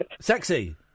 Sexy